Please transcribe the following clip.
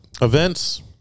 Events